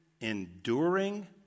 enduring